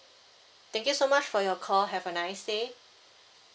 thank you so much for your call have a nice day